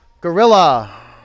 Gorilla